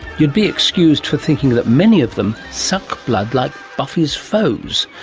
you'd be excused for thinking that many of them suck blood like buffy's foes,